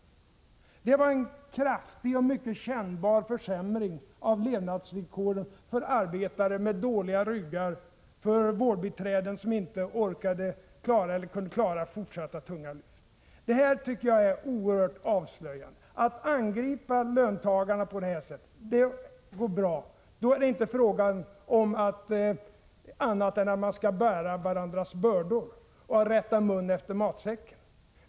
Det var en kraftig och mycket kännbar försämring av levnadsvillkoren för arbetare med dåliga ryggar, för vårdbiträden som inte hade klarat fortsatta tunga lyft. Detta tycker jag är oerhört avslöjande. Att angripa löntagarna på det här sättet går bra. Då är det inte fråga om annat än att man skall bära varandras bördor och rätta munnen efter matsäcken.